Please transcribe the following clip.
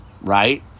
Right